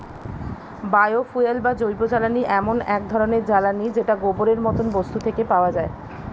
bio fuel বা জৈবজ্বালানী এমন এক ধরণের জ্বালানী যেটা গোবরের মতো বস্তু থেকে পাওয়া যায়